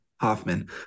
Hoffman